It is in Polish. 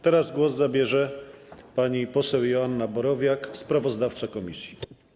Teraz głos zabierze pani poseł Joanna Borowiak, sprawozdawca komisji.